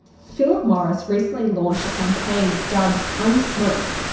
philip morris recently launched a campaign it dubbed unsmoke.